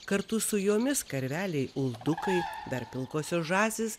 kartu su jomis karveliai uldukai dar pilkosios žąsys